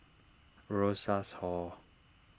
Rosas Hall